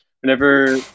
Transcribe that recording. whenever